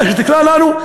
איך שתקרא לנו,